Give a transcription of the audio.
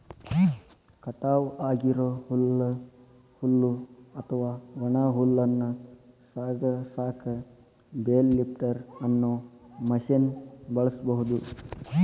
ಕಟಾವ್ ಆಗಿರೋ ಹುಲ್ಲು ಅತ್ವಾ ಒಣ ಹುಲ್ಲನ್ನ ಸಾಗಸಾಕ ಬೇಲ್ ಲಿಫ್ಟರ್ ಅನ್ನೋ ಮಷೇನ್ ಬಳಸ್ಬಹುದು